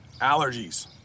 Allergies